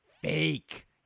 Fake